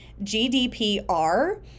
GDPR